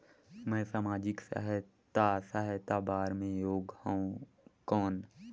मैं समाजिक सहायता सहायता बार मैं योग हवं कौन?